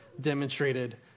demonstrated